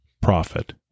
profit